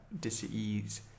disease